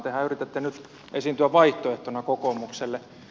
tehän yritätte nyt esiintyä vaihtoehtona kokoomukselle